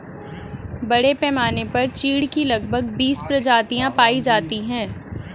बड़े पैमाने पर चीढ की लगभग बीस प्रजातियां पाई जाती है